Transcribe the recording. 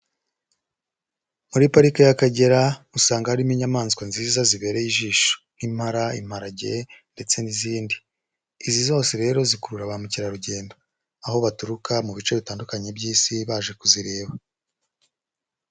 Muri parike y'Akagera usanga harimo inyamaswa nziza zibereye ijisho nk'impala, imparage ndetse n'izindi, izi zose rero zikurura ba mukerarugendo, aho baturuka mu bice bitandukanye by'Isi baje kuzireba.